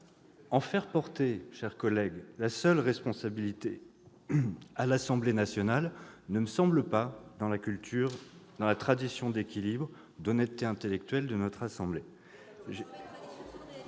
En faire porter, mes chers collègues, la seule responsabilité sur l'Assemblée nationale ne me semble pas dans la culture, dans la tradition d'équilibre, d'honnêteté intellectuelle de notre assemblée.